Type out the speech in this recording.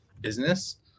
business